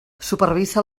supervisa